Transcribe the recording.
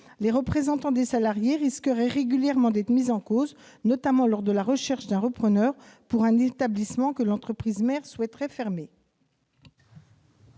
les représentants des salariés risqueraient régulièrement d'être mis en cause, notamment lors de la recherche d'un repreneur pour un établissement que l'entreprise mère souhaiterait fermer.